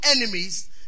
enemies